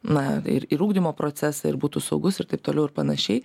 na ir ir ugdymo procesą ir būtų saugus ir taip toliau ir panašiai